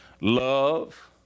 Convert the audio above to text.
love